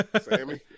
Sammy